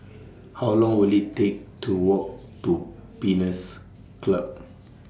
How Long Will IT Take to Walk to Pines Club